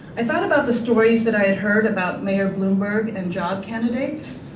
i thought about the stories that i had heard about mayor bloomberg and job candidates.